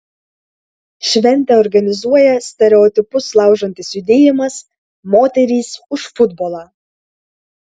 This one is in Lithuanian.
šventę organizuoja stereotipus laužantis judėjimas moterys už futbolą